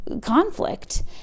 conflict